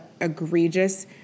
egregious